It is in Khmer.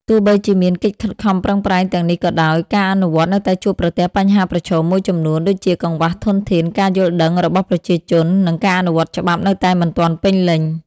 ទោះបីជាមានកិច្ចខិតខំប្រឹងប្រែងទាំងនេះក៏ដោយ ការអនុវត្តនៅតែជួបប្រទះបញ្ហាប្រឈមមួយចំនួន ដូចជាកង្វះធនធាន ការយល់ដឹងរបស់ប្រជាជន និងការអនុវត្តច្បាប់នៅតែមិនទាន់ពេញលេញ ។